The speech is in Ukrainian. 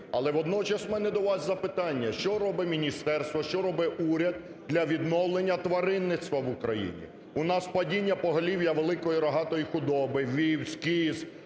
Але водночас в мене до вас запитання, що робить міністерство, що робить уряд для відновлення тваринництва в Україні? У нас падіння поголів'я великої рогатої худоби, вівць, кіз,